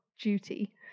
duty